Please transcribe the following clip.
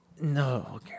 no